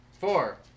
Four